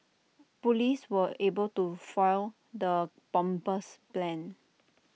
Police were able to foil the bomber's plans